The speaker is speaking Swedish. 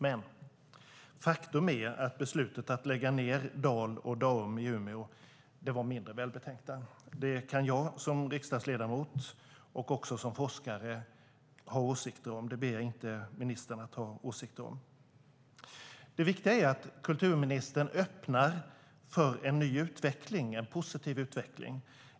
Men faktum är att beslutet att lägga ned Dal och Daum var mindre välbetänkt. Det kan jag som riksdagsledamot och också som forskare ha åsikter om. Det ber jag inte ministern att ha åsikter om. Det viktiga är att kulturministern öppnar för en ny utveckling, en positiv utveckling.